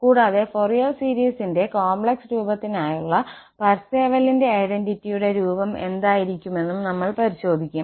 കൂടാതെ ഫൊറിയർ സീരീസിന്റെ കോംപ്ലക്സ് രൂപത്തിനായുള്ള പാർസേവലിന്റെ ഐഡന്റിറ്റിയുടെ Parseval's identity രൂപം എന്തായിരിക്കുമെന്നും നമ്മൾ പരിശോധിക്കും